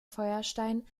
feuerstein